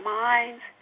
minds